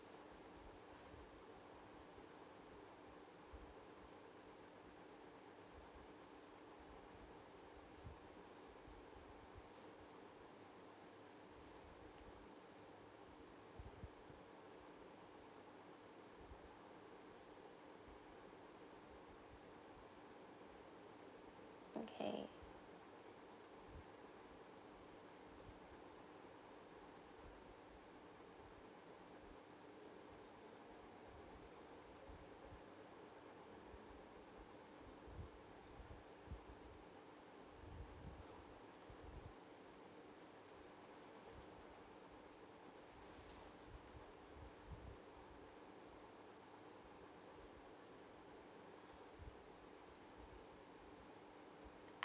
okay